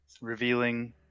Revealing